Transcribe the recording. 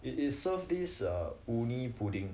it is serve this err woomi pudding